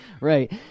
right